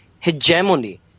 hegemony